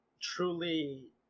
truly